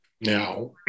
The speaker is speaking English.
now